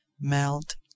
Melt